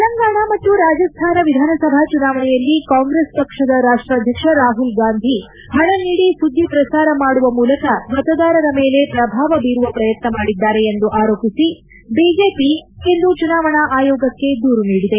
ತೆಲಂಗಾಣ ಮತ್ತು ರಾಜಸ್ಥಾನ ವಿಧಾನಸಭಾ ಚುನಾವಣೆಯಲ್ಲಿ ಕಾಂಗ್ರೆಸ್ ಪಕ್ಷದ ರಾಷ್ಟಾಧ್ವಕ್ಷ ರಾಹುಲ್ ಗಾಂಧಿ ಪಣ ನೀಡಿ ಸುದ್ದಿ ಪ್ರಸಾರ ಮಾಡುವ ಮೂಲಕ ಮತದಾರರ ಮೇಲೆ ಪ್ರಭಾವ ಬೀರುವ ಪ್ರಯತ್ನ ಮಾಡಿದ್ದಾರೆ ಎಂದು ಆರೋಪಿಸಿ ಬಿಜೆಪಿ ಇಂದು ಚುನಾವಣಾ ಆಯೋಗಕ್ಕೆ ದೂರು ನೀಡಿದೆ